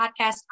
podcast